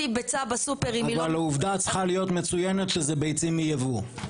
אבל העובדה צריכה להיות מצוינת שזה ביצים מייבוא.